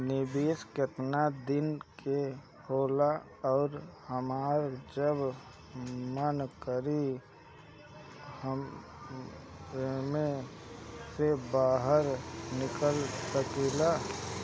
निवेस केतना दिन के होला अउर हमार जब मन करि एमे से बहार निकल सकिला?